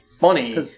money